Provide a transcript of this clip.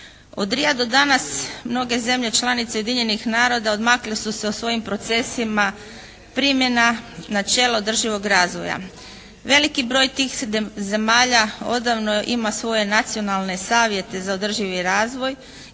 Od Ria do danas mnoge zemlje članice Ujedinjenih naroda odmakle su se u svojim procesima primjena načela održivog razvoja. Veliki broj tih zemalja odavno ima svoje nacionalne savjete za održivi razvoj